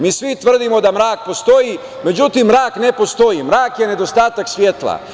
Mi svi tvrdimo da mrak postoji, međutim mrak ne postoji, mrak je nedostatak svetla.